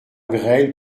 grêle